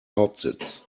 hauptsitz